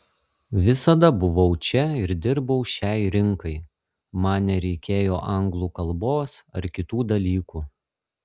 visada buvau čia ir dirbau šiai rinkai man nereikėjo anglų kalbos ar kitų dalykų